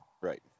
right